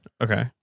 Okay